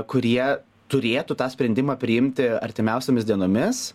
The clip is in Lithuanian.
kurie turėtų tą sprendimą priimti artimiausiomis dienomis